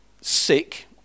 sick